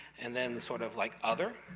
and then sort of like other,